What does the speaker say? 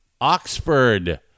Oxford